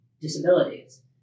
disabilities